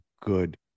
good